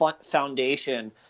foundation